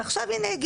ועכשיו הינה,